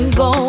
go